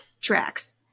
tracks